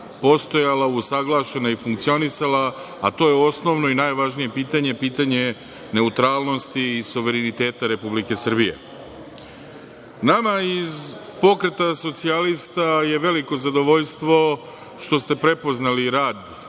postojala, usaglašena i funkcionisala, a to je osnovno i najvažnije pitanje, pitanje neutralnosti i suvereniteta Republike Srbije. Nama iz Pokreta socijalista je veliko zadovoljstvo što ste prepoznali rad